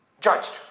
judged